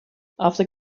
after